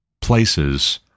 places